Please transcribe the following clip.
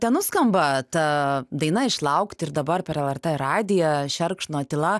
te nuskamba ta daina išlaukti ir dabar per lrt radiją šerkšno tyla